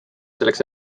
selleks